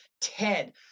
ted